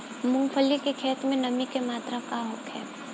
मूँगफली के खेत में नमी के मात्रा का होखे?